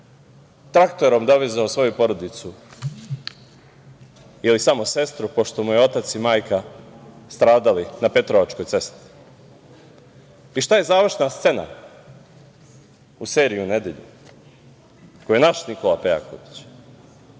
traktorom dovezao svoju porodicu ili samo sestru, pošto su mu otac i majka stradali na petrovačkoj cesti. Šta je završna scena u seriji, u nedelju, za koju je naš Nikola Pejaković